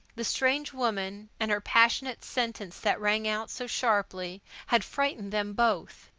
the strange woman, and her passionate sentence that rang out so sharply, had frightened them both.